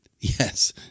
Yes